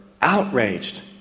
outraged